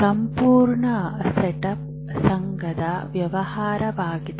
ಸಂಪೂರ್ಣ ಸೆಟಪ್ ಸಂಘದ ವ್ಯವಹಾರವಾಗಿದೆ